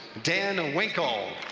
dan winkel,